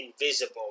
invisible